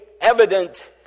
evident